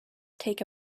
take